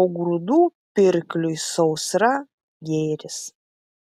o grūdų pirkliui sausra gėris